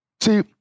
See